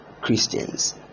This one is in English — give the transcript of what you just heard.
Christians